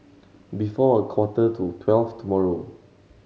before a quarter to twelve tomorrow